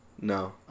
No